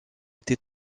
été